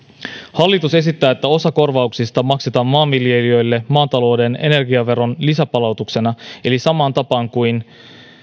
hallitus esittää että osa korvauksista maksetaan maanviljelijöille maatalouden energiaveron lisäpalautuksena eli samaan tapaan kuin